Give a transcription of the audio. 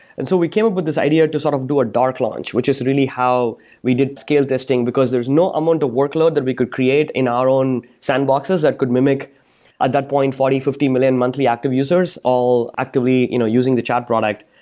and so we came up with this idea to sort of do a dark launch, which is really how we did scale this thing, because there's no um amount of workload that we could create in our own sandboxes that could mimic, at that point, forty, fifty million monthly active users all actively you know using the chat product.